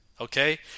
okay